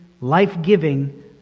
life-giving